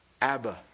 Abba